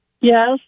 Yes